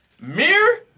mirror